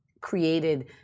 created